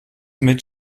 mit